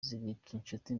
zigirinshuti